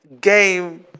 game